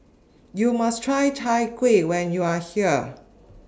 YOU must Try Chai Kuih when YOU Are here